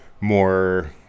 more